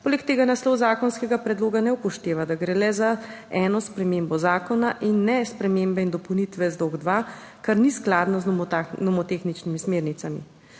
Poleg tega naslov zakonskega predloga ne upošteva, da gre le za eno spremembo zakona in ne spremembe in dopolnitve ZDoh-2, kar ni skladno z nomotehničnimi smernicami.